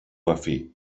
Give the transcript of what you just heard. afí